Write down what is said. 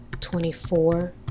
twenty-four